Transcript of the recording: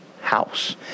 house